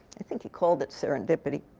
i think he called it serendipity.